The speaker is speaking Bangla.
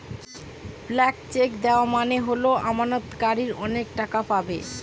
ব্ল্যান্ক চেক দেওয়া মানে হল আমানতকারী অনেক টাকা পাবে